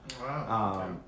Wow